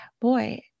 boy